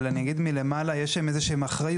אבל אני אגיד מלמעלה, יש להם איזה שהיא אחריות.